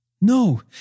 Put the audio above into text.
No